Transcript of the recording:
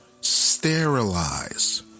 sterilize